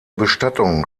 bestattung